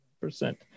percent